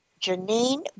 Janine